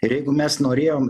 ir jeigu mes norėjom